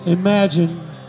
Imagine